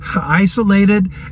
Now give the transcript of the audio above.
isolated